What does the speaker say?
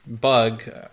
bug